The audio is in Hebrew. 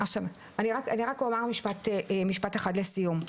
אני רק אומר משפט אחד לסיום,